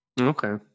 okay